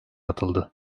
atıldı